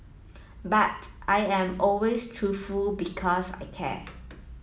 but I am always truthful because I care